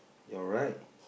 you're right